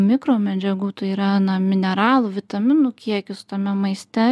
mikromedžiagų tai yra mineralų vitaminų kiekius tame maiste